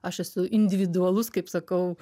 aš esu individualus kaip sakau